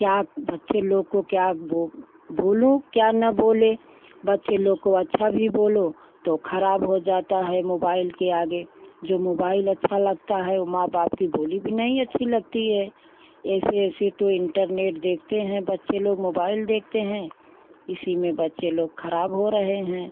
क्या बच्चे लोग को क्या बो बोलूँ क्या न बोले बच्चे लोग को अच्छा भी बोलो तो खराब हो जाता है मोबाइल के आगे जो मोबाइल अच्छा लगता है ओ माँ बाप की बोली भी नहीं अच्छी लगती है ऐसे ऐसे तो इन्टरनेट देखते हैं बच्चे लोग मोबाइल देखते हैं इसी में बच्चे लोग खराब हो रहे हैं